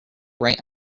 right